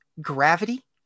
Gravity